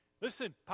Listen